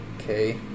Okay